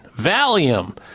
Valium